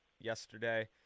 yesterday